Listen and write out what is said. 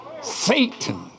Satan